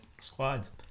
squads